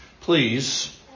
Please